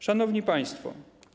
Szanowni Państwo!